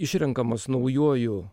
išrenkamas naujuoju